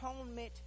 atonement